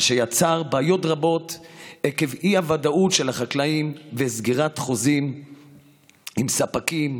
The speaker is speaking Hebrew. מה שיצר בעיות רבות עקב האי-ודאות של החקלאים בסגירת חוזים עם ספקים,